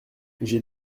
j’ai